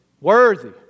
Worthy